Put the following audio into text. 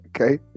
Okay